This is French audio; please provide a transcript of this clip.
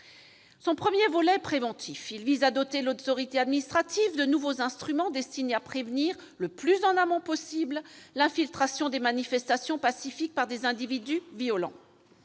Son premier volet est préventif. Il vise à doter l'autorité administrative de nouveaux instruments destinés à prévenir, le plus en amont possible, l'infiltration des manifestations pacifiques par des individus violents.